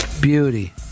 Beauty